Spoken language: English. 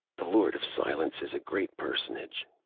the lord of silence is a great personage,